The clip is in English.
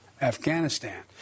Afghanistan